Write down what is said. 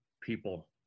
people